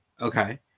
Okay